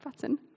button